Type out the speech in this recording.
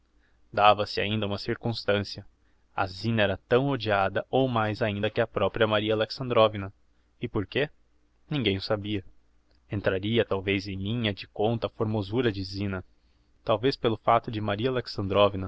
dava-se ainda uma circumstancia a zina era tão odiada ou mais ainda que a propria maria alexandrovna e por quê ninguem o sabia entraria talvez em linha de conta a formosura da zina talvez pelo facto de maria